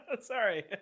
Sorry